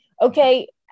Okay